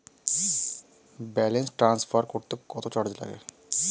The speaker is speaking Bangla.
ব্যালেন্স ট্রান্সফার করতে কত চার্জ লাগে?